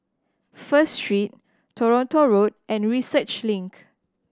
First Street Toronto Road and Research Link